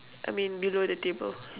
I mean below the table